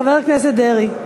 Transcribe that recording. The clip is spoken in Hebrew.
חבר הכנסת דרעי.